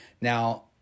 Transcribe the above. Now